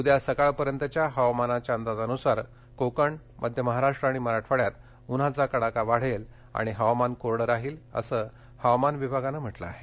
उद्या सकाळपर्यंतच्या हवामानाच्या अंदाजानुसार कोकण मध्य महाराष्ट्र आणि मराठवाड्यात उन्हाचा कडाका वाढेल आणि हवामान कोरडं राहील असं हवामान विभागान म्हटलं आहे